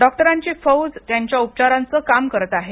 डॉक्टरांची फौज त्यांच्या उपचाराचे काम करीत आहे